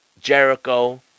Jericho